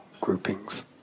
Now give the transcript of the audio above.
groupings